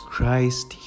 Christ